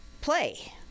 play